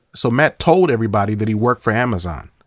so matt told everybody that he worked for amazon,